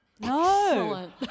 No